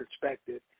perspective